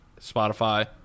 Spotify